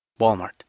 Walmart